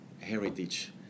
heritage